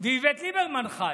ואיווט ליברמן חי,